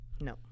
No